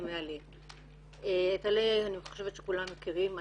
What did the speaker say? את על"ה אני חושבת שכולם מכירים.